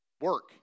Work